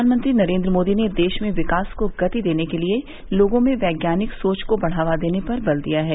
प्रधानमंत्री नरेंद्र मोदी ने देश में विकास को गति देने के लिए लोगों में वैज्ञानिक सोच को बढ़ावा देने पर बल दिया है